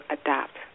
adapt